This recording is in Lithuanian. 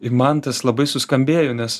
i man tas labai suskambėjo nes